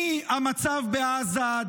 מהמצב בעזה,